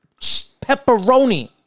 Pepperoni